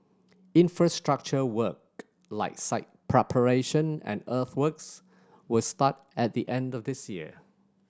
infrastructure work like site preparation and earthworks will start at the end of this year